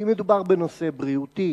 כי מדובר בנושא בריאותי.